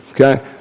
Okay